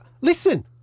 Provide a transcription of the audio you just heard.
Listen